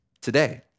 today